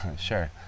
Sure